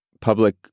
public